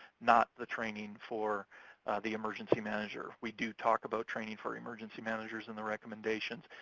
not the training for the emergency manager. we do talk about training for emergency managers and the recommendations,